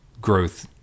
growth